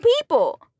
people